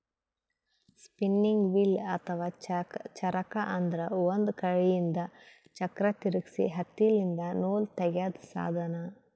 spinning wheel ಅಥವಾ ಚರಕ ಅಂದ್ರ ಒಂದ್ ಕೈಯಿಂದ್ ಚಕ್ರ್ ತಿರ್ಗಿಸಿ ಹತ್ತಿಲಿಂತ್ ನೂಲ್ ತಗ್ಯಾದ್ ಸಾಧನ